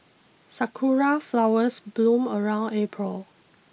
sakura flowers bloom around April